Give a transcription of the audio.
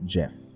Jeff